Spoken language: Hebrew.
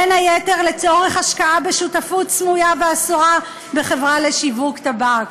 בין היתר לצורך השקעה בשותפות סמויה ואסורה בחברה לשיווק טבק?